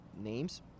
names